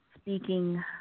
speaking